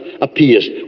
appears